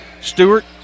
Stewart